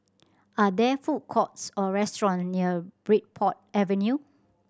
are there food courts or restaurant near Bridport Avenue